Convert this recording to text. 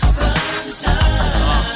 sunshine